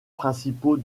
principaux